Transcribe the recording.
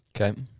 Okay